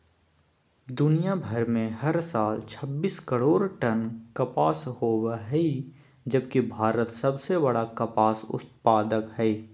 दुनियां भर में हर साल छब्बीस करोड़ टन कपास होव हई जबकि भारत सबसे बड़ कपास उत्पादक हई